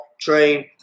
train